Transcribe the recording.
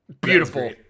Beautiful